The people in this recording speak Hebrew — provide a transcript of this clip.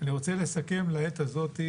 אני רוצה לסכם לעת הזאת,